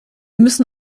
müssen